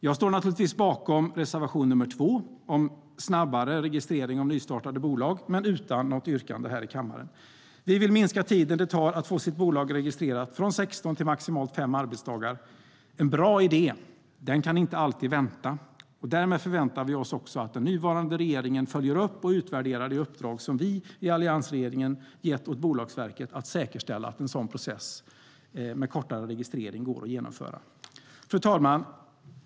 Jag står naturligtvis bakom reservation 2 om snabbare registrering av nystartade bolag men utan något yrkande här i kammaren. Vi vill minska tiden det tar att få sitt bolag registrerat från 16 till maximalt 5 arbetsdagar. En bra idé kan inte alltid vänta! Därmed förväntar vi oss också att regeringen följer upp och utvärderar det uppdrag som alliansregeringen gett till Bolagsverket att säkerställa att en sådan process med kortare registrering går att genomföra. Fru talman!